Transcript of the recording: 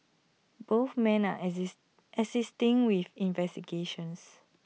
both men are assisting with investigations